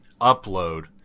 upload